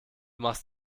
machst